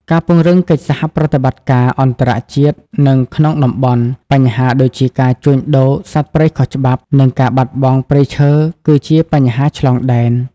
ការពង្រឹងកិច្ចសហប្រតិបត្តិការអន្តរជាតិ និងក្នុងតំបន់ បញ្ហាដូចជាការជួញដូរសត្វព្រៃខុសច្បាប់ និងការបាត់បង់ព្រៃឈើ គឺជាបញ្ហាឆ្លងដែន។